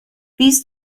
these